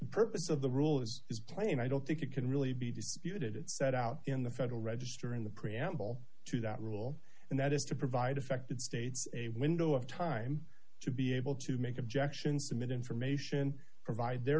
the purpose of the rule is try and i don't think it can really be disputed it's set out in the federal register in the preamble to that rule and that is to provide affected states a window of time to be able to make objections submit information provide their